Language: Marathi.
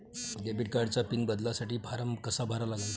डेबिट कार्डचा पिन बदलासाठी फारम कसा भरा लागन?